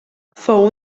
fou